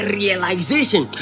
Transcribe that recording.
realization